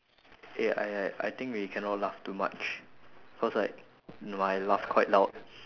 eh I I I think we cannot laugh too much cause like m~ my laugh quite loud